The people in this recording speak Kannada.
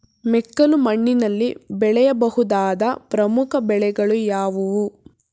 ಮೆಕ್ಕಲು ಮಣ್ಣಿನಲ್ಲಿ ಬೆಳೆಯ ಬಹುದಾದ ಪ್ರಮುಖ ಬೆಳೆಗಳು ಯಾವುವು?